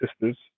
sisters